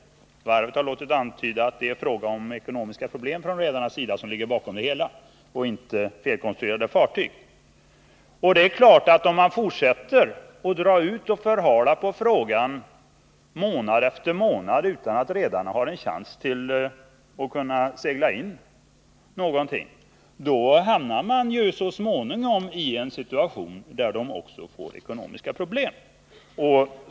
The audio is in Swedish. Varvet har låtit antyda att det beror på att redarna har ekonomiska problem och inte på de felkonstruerade fartygen. Och det är klart att om man förhalar saken månad efter månad utan att redarna har en chans att segla in pengar, så får de så småningom också ekonomiska problem.